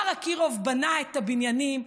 מר אקירוב בנה את הבניינים,